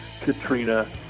Katrina